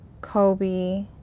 Kobe